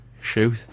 shoot